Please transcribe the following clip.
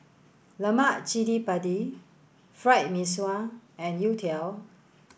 Lemak Cili Padi Fried Mee Sua and Youtiao